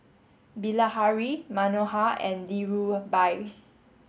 Bilahari Manohar and Dhirubhai